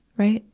right.